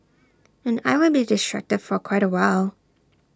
and I will be distracted for quite A while